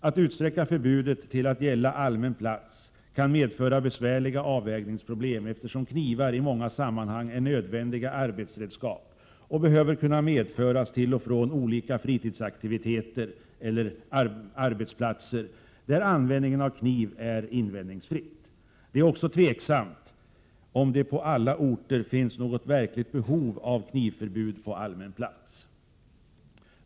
Att utsträcka förbudet till att gälla allmän plats kan medföra besvärliga avvägningsproblem, eftersom knivar i många sammanhang är nödvändiga arbetsredskap och behöver kunna medföras till och från olika fritidsaktiviteter eller arbetsplatser där användning av kniv är invändningsfri. Det är också tvivelaktigt om det på alla orter finns något verkligt behov av knivförbud på allmän plats.